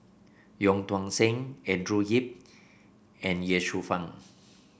Wong Tuang Seng Andrew Yip and Ye Shufang